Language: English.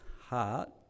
heart